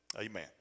Amen